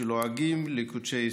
ולועגים לקודשי ישראל.